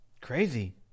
Crazy